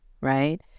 right